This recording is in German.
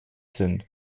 sind